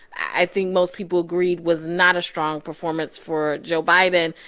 i think most people agreed, was not a strong performance for joe biden,